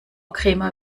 krämer